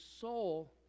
soul